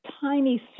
tiny